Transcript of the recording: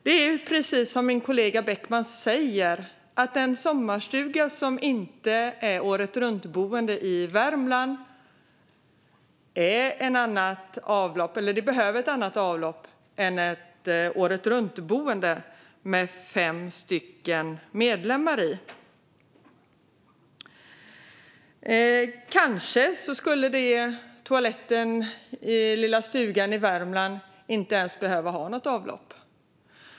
Det är precis som min kollega Beckman säger: En sommarstuga i Värmland som inte är ett åretruntboende behöver ett annat avlopp än ett åretruntboende för ett hushåll med fem medlemmar. Kanske skulle toaletten i den lilla stugan i Värmland inte ens behöva ha något avlopp.